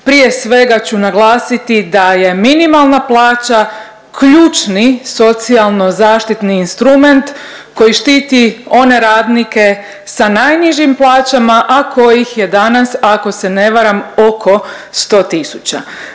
prije svega ću naglasiti da je minimalna plaća ključni socijalno zaštitni instrument koji štiti one radnike sa najnižim plaćama, a kojih je danas ako se ne varam oko 100